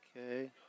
Okay